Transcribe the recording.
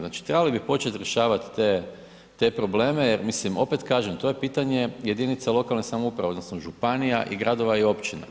Znači trebali bi početi rješavat te probleme jer mislim, opet kažem, to je pitanje jedinica lokalne samouprave odnosno županija, i gradova i općina,